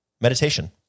Meditation